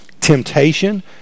temptation